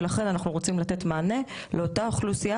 ולכן אנחנו רוצים לתת מענה לאותה אוכלוסייה